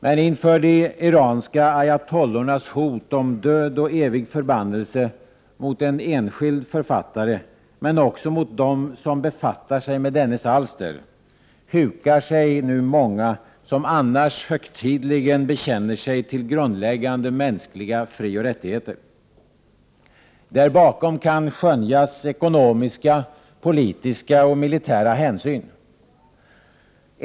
Men inför de iranska ayatollornas hot om död och evig förbannelse mot en enskild författare men också mot dem som befattar sig med dennes alster hukar sig nu många som annars högtidligen bekänner sig till grundläggande mänskliga frioch rättigheter. Där bakom kan skönjas ekonomiska, politiska och militära hänsyn.